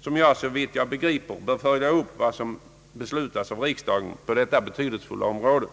som såvitt jag begriper borde följa upp vad som beslutas av riksdagen på detta betydelsefulla område.